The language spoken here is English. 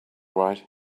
right